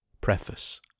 Preface